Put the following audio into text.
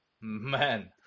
Man